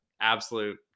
Absolute